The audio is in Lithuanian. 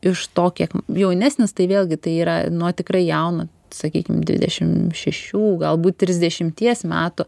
iš to kiek jaunesnis tai vėlgi tai yra nuo tikrai jauno sakykim dvidešim šešių galbūt trisdešimties metų